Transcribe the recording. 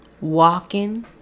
walking